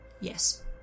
Yes